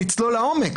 נצלול לעומק,